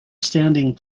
standing